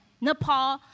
Nepal